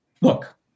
Look